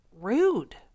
rude